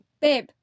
Babe